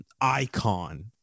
icon